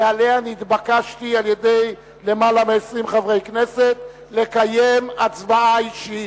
ועליה נתבקשתי על-ידי יותר מ-20 חברי כנסת לקיים הצבעה אישית.